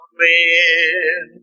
men